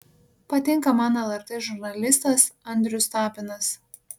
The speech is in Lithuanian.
patinka man lrt žurnalistas andrius tapinas